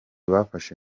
bafashe